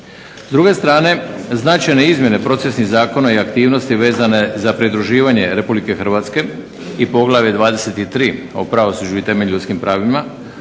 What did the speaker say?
S druge strane značajne izmjene procesnih zakona i aktivnosti vezane za pridruživanje RH i Poglavlje 23. o pravosuđu i temeljnim ljudskim pravima